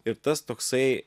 ir tas toksai